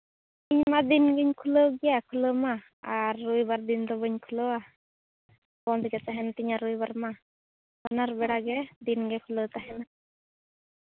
ᱤᱧ ᱢᱟ ᱫᱤᱱ ᱜᱤᱧᱠᱷᱩᱞᱟᱹᱣ ᱜᱮᱭᱟ ᱠᱷᱩᱞᱟᱹᱣ ᱢᱟ ᱟᱨ ᱨᱳᱵᱤᱵᱟᱨ ᱫᱤᱱ ᱫᱚ ᱵᱟᱹᱧ ᱠᱷᱩᱞᱟᱹᱣᱟ ᱵᱚᱱᱫᱽ ᱜᱮ ᱛᱟᱦᱮᱱ ᱛᱤᱧᱟᱹ ᱨᱳᱵᱤᱵᱟᱨ ᱢᱟ ᱵᱟᱱᱟᱨ ᱵᱮᱲᱟᱜᱮ ᱫᱤᱱ ᱜᱮ ᱠᱷᱩᱞᱟᱹᱣ ᱛᱟᱦᱮᱱᱟ